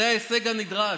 זה ההישג הנדרש.